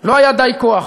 לא היה די כוח